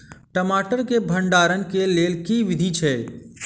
टमाटर केँ भण्डारण केँ लेल केँ विधि छैय?